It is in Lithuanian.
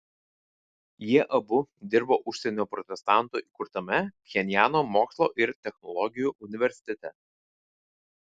jie abu dirbo užsienio protestantų įkurtame pchenjano mokslo ir technologijų universitete